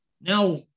Now